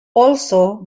also